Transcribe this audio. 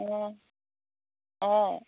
অঁ অঁ